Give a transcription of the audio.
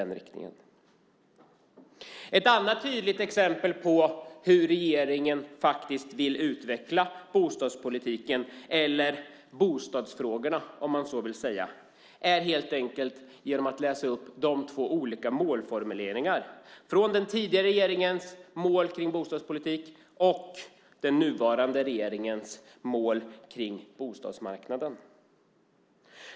Ett annat tydligt sätt att ge exempel på hur regeringen faktiskt vill utveckla bostadspolitiken, eller bostadsfrågorna om man så vill säga, är helt enkelt genom att läsa upp de två olika målformuleringarna från den tidigare regeringens mål för bostadspolitiken och den nuvarande regeringens mål för bostadsmarknaden.